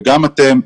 ושגם אתם תיכנסו,